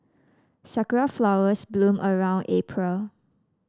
sakura flowers bloom around April